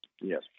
Yes